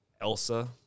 Elsa